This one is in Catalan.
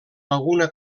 alguna